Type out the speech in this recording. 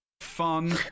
fun